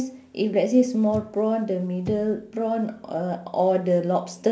if let's say small prawn the middle prawn or or the lobster